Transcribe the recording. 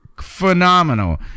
Phenomenal